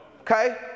Okay